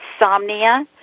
insomnia